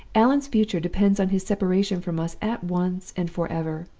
allan's future depends on his separation from us at once and forever.